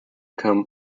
come